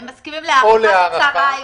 הם מסכימים להארכה קצרה יותר,